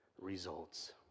results